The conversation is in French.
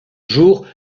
jours